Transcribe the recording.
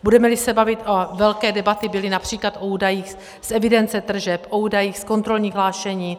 Budemeli se bavit velké debaty byly například o údajích z evidence tržeb, o údajích z kontrolních hlášení.